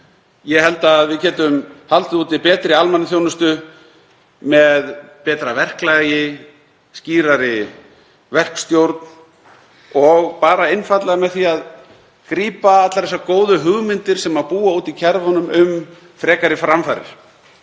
Ég held að við getum haldið úti betri almannaþjónustu með betra verklagi, skýrari verkstjórn og einfaldlega með því að grípa allar þessar góðu hugmyndir sem búa úti í kerfunum um frekari framfarir.